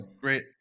great